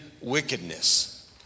wickedness